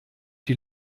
die